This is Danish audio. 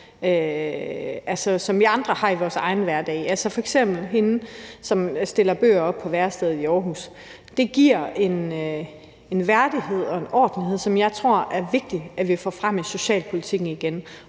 som vi andre har i vores hverdag. Det handler f.eks. om hende, der stiller bøger op på værestedet i Aarhus. Det giver en værdighed og orden, som jeg tror er vigtigt at vi får frem i socialpolitikken igen.